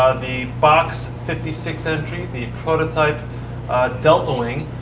ah the box fifty six entry, the prototype delta wing,